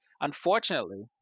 Unfortunately